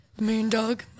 Moondog